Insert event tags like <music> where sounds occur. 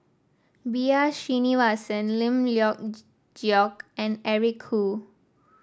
B R Sreenivasan Lim Leong <unintelligible> Geok and Eric Khoo